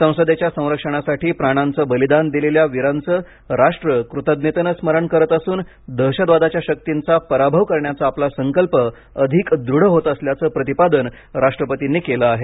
संसदेच्या संरक्षणासाठी प्राणांचे बलिदान दिलेल्या वीरांच राष्ट्र कृतज्ञतेने स्मरण करत असून दहशतवादाच्या शक्तींचा पराभव करण्याचा आपला संकल्प अधिक दृढ होत असल्याचं प्रतिपादन राष्ट्रपतींनी केलं आहे